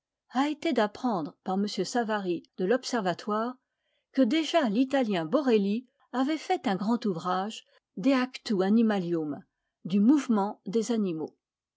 a été d'apprendre par m savary de l'observatoire que déjà l'italien borelli avait fait un grand ouvrage de actu animalium du mouvement des animaux